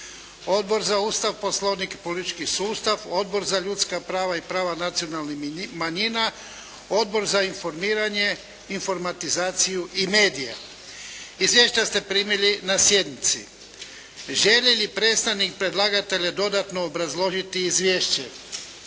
Odbor za Ustav, Poslovnik i politički sustav, Odbor za ljudska prava i prava nacionalnih manjina, Odbor za informiranje, informatizaciju i medije. Izvješća ste primili na sjednici. Želi li predstavnik predlagatelja dodatno obrazložiti Izvješće?